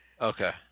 Okay